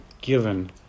given